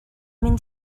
mynd